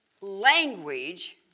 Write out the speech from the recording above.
language